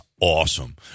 awesome